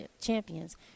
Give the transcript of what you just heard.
champions